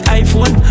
iphone